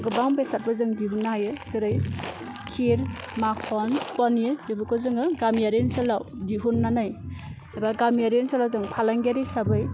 गोबां बेसादफोर जों दिहुननो हायो जेरै खिर माखन पनिर बेफोरखौ जोङो गामियारि ओनसोलाव दिहुन्नानै एबा गामियारि ओनसोलाव जों फालांगियारि हिसाबै